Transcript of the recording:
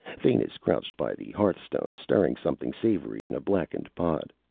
thanis crouched by the hearthstone, stirring something savory in a blackened pot.